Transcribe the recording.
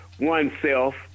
oneself